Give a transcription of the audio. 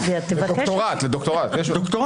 יזמין ללשכתו את חבר הכנסת לשעבר אלי ישי לשיחת פיוס ברוח תקנת